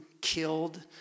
killed